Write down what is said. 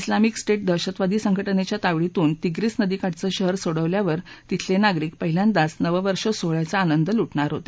उलामिक state दहशतवादी संघटनेच्या तावडीतून तिप्रीस नदीकाठचं शहर सोडवल्यावर तिथले नागरिक पहिल्यादाच नववर्ष सोहळ्याचा आनंद लुटणार होते